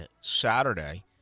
Saturday